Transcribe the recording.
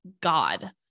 God